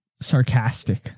sarcastic